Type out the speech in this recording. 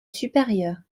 supérieur